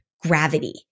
gravity